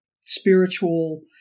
spiritual